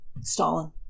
Stalin